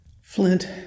Flint